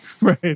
Right